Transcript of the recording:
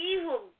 evil